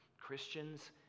Christians